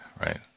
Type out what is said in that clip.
right